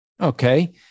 Okay